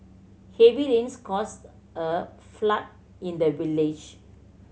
heavy rains caused a flood in the village